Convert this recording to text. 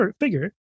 figure